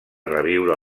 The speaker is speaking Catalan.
reviure